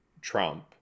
Trump